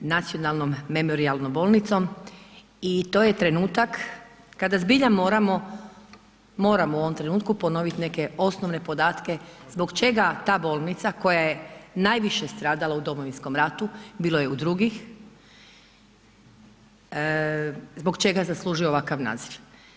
Nacionalnom memorijalnom bolnicom i to je trenutak kada zbilja moramo, moram u ovom trenutku ponovit neke osnovne podatke zbog čega ta bolnica koja je najviše stradala u Domovinskom ratu, bilo je i drugih, zbog čega zaslužuje ovakav naziv.